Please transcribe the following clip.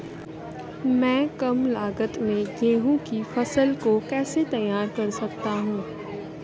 मैं कम लागत में गेहूँ की फसल को कैसे तैयार कर सकता हूँ?